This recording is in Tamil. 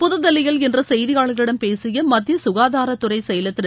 புத்தில்லியில் இன்று செய்தியாளர்களிடம் பேசிய மத்திய சுனதாரத்துறை செயலர் திரு